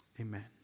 Amen